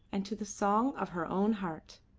and to the song of her own heart.